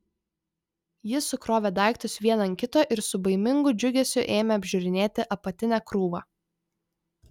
ji sukrovė daiktus vieną ant kito ir su baimingu džiugesiu ėmė apžiūrinėti apatinę krūvą